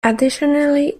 additionally